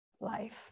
life